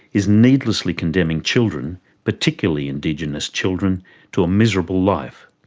is needlessly condemning children particularly indigenous children to a miserable life.